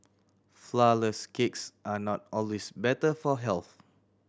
flourless cakes are not always better for health